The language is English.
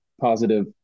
positive